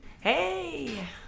Hey